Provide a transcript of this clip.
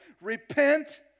Repent